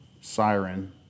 Siren